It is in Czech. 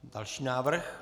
Další návrh.